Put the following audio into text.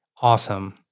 Awesome